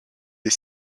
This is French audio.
des